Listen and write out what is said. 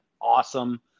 awesome